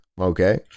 Okay